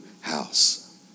house